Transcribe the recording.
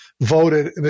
voted